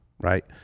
right